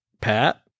Pat